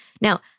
Now